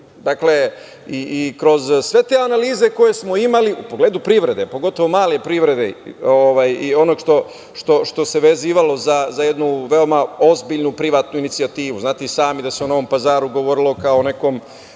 godina, kroz sve te analize koje smo imali, u pogledu privrede, pogotovo male privrede i onog što se vezivalo za jednu veoma ozbiljnu privatnu inicijativu. Znate i sami da se o Novom Pazaru govorilo kao o nekom